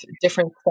different